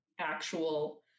actual